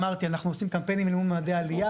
אמרתי שאנחנו עושים קמפיינים לעידוד עלייה.